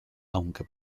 aunque